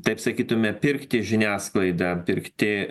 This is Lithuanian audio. taip sakytume pirkti žiniasklaidą pirkti